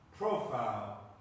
profile